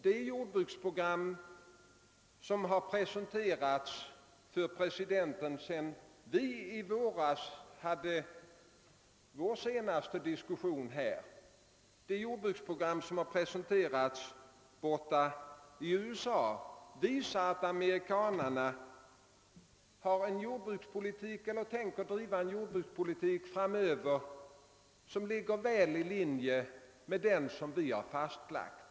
Det jordbruksprogram som har presenterats för presidenten sedan vi i våras senast diskuterade amerikanskt jordbruk visar att amerikanarna framöver tänker driva en jordbrukspolitik som ligger väl i linje med den som vi har fastlagt.